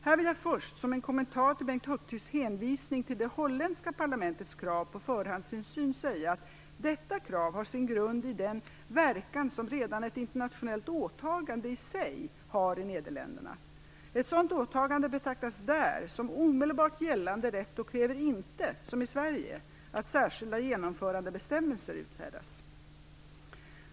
Här vill jag först, som en kommentar till Bengt Hurtigs hänvisning till det holländska parlamentets krav på förhandsinsyn, säga att detta krav har sin grund i den verkan som redan ett internationellt åtagande i sig har i Nederländerna. Ett sådant åtagande betraktas där som omedelbart gällande rätt och kräver inte - som i Sverige - att särskilda genomförandebestämmelser utfärdas.